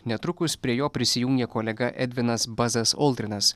netrukus prie jo prisijungė kolega edvinas bazas oldrinas